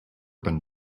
been